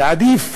ועדיף